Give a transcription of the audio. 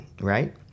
right